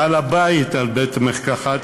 בעל הבית על בית-המרקחת,